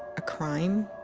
a crime,